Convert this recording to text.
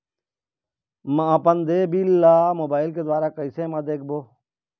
म अपन देय बिल ला मोबाइल के द्वारा कैसे म देखबो?